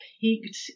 peaked